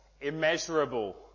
immeasurable